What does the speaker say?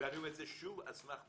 ואני אומר את זה שוב על סמך בדיקה.